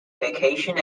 vacation